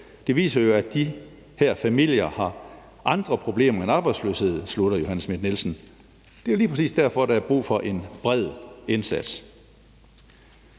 Det viser jo, at de her familier har andre problemer end arbejdsløshed.« Det er lige præcis derfor, at der er brug for en bred indsats.